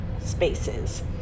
Spaces